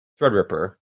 Threadripper